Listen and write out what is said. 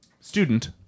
student